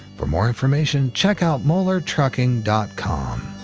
for more information, check out moellertrucking dot com